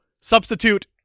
substitute